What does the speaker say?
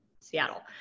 Seattle